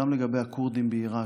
גם לגבי הכורדים בעיראק,